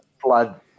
Blood